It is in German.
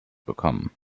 bekommen